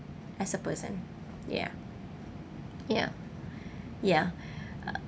as a person ya ya ya uh